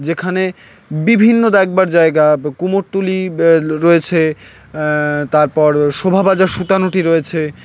যেখানে বিভিন্ন একবার জায়গা কুমোরটুলি রয়েছে তারপর শোভা বাজার সুতানুটি রয়েছে